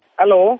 hello